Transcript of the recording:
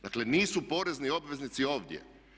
Dakle nisu porezni obveznici ovdje.